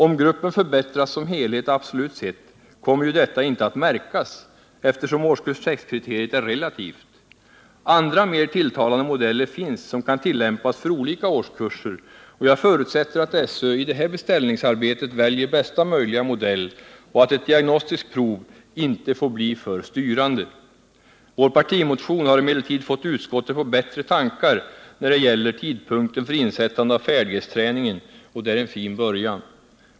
Om gruppen förbättras som helhet absolut sett, kommer ju detta inte att märkas, eftersom årskurs 6-kriteriet är relativt. Andra mer tilltalande modeller finns som kan tillämpas för olika årskurser, och jag förutsätter att SÖ i det här beställningsarbetet väljer bästa möjliga modell och att ett diagnostiskt prov inte får bli för styrande. Vår partimotion har emellertid fått utskottet på bättre tankar när det gäller tidpunkten för insättande av färdighetsträningen, och det är en fin början.